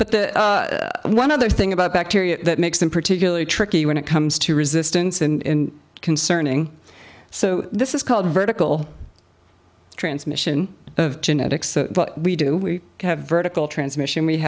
but the one other thing about bacteria that makes them particularly tricky when it comes to resistance in concerning so this is called vertical transmission of genetics that we do we have vertical transmission we